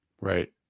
right